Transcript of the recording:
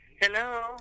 Hello